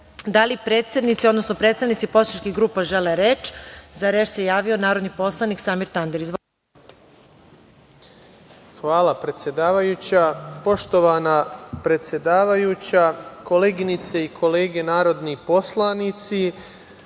li predsednici, odnosno predstavnici poslaničkih grupa žele reč? Za reč se javio narodni poslanik Samir Tandir. Izvolite. **Samir Tandir** Hvala, predsedavajuća. Poštovana predsedavajuća, koleginice i kolege narodni poslanici,